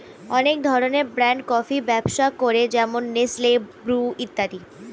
অনেক ধরনের ব্র্যান্ড কফির ব্যবসা করে যেমন নেসলে, ব্রু ইত্যাদি